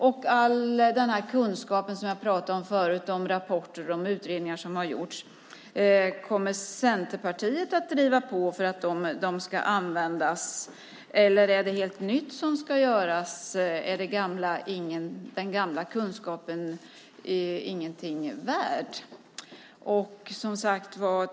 När det gäller all den kunskap som jag tidigare pratade om, de rapporter och utredningar som gjorts, undrar jag om Centerpartiet kommer att driva på för att de ska användas eller om det är något helt nytt som ska göras. Är den gamla kunskapen ingenting värd?